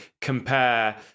compare